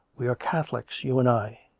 we are catholics, you and i.